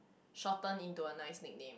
shorten into a nice nickname